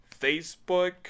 Facebook